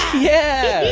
yeah!